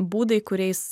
būdai kuriais